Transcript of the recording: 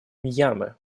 мьянмы